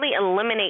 eliminate